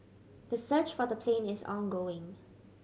the search for the plane is ongoing